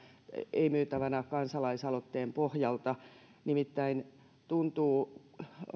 ei myytävänä kansalaisaloitteen pohjalta nimittäin tuntuu